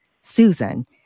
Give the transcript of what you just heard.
Susan